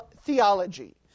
theology